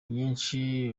nyinshi